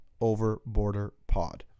OverborderPod